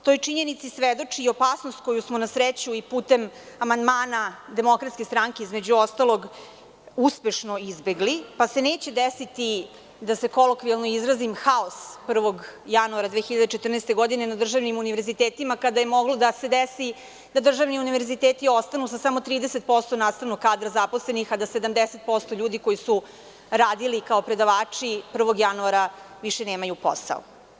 Toj činjenici svedoči i opasnost koju smo na sreću i putem amandmana DS, između ostalog, uspešno izbegli, pa se neće desiti, da se kolokvijalno izrazim, haos 1. januara 2014. godine na državnim univerzitetima, kada je moglo da se desi da državni univerziteti ostanu sa samo 30% nastavnog kadra zaposlenih, a da 70% ljudi koji su radili kao predavači 1. januara više nemaju posao.